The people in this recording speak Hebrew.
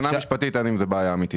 מבחינה משפטית אין עם זה בעיה אמיתית.